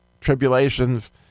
tribulations